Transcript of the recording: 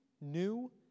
new